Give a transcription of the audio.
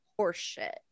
horseshit